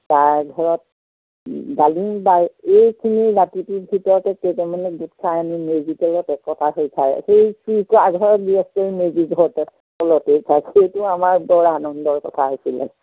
কাৰ ঘৰত ডালিম পায় এইখিনি ৰাতিটোৰ ভিতৰতে কেইটামানে গোট খাই আনি মেজি তলত একতা হৈ খায় সেই চুৰ কৰা ঘৰৰ গৃহস্থৰ মেজি ঘৰতে তলতেই খায় সেইটো আমাৰ বৰ আনন্দৰ কথা হৈছিলে